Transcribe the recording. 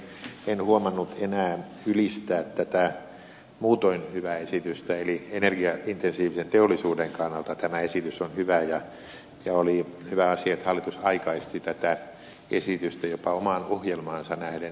äsken lausumaehdotusta tehdessäni on huomannut enää ylistää tätä muutoin hyvää esitystä eli energiaintensiivisen teollisuuden kannalta tämä esitys on hyvä ja oli hyvä asia että hallitus aikaisti tätä esitystä jopa omaan ohjelmaansa nähden yhdellä vuodella